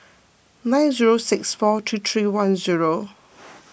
nine zero six four three three one zero